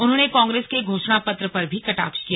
उन्होंने कांग्रेस के घोषणापत्र पर भी कटाक्ष किया